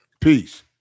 Peace